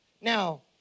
Now